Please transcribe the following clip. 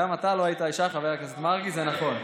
גם אתה לא היית אישה, חבר הכנסת מרגי, זה נכון.